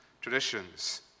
traditions